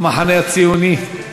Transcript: המחנה הציוני.